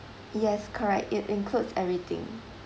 yes correct it includes everything